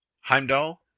Heimdall